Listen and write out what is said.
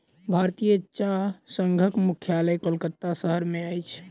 भारतीय चाह संघक मुख्यालय कोलकाता शहर में अछि